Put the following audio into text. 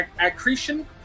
Accretion